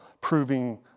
proving